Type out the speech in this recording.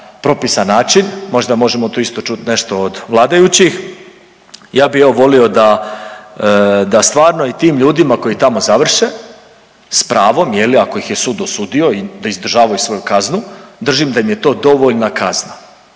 propisan način, možda možemo tu isto čut nešto od vladajućih. Ja bi evo volio da, da stvarno i tim ljudima koji tamo završe s pravom je li ako ih je sud osudio da izdržavaju svoju kaznu držim da im je to dovoljna kazna,